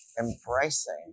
embracing